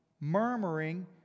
murmuring